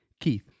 Keith